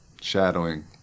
shadowing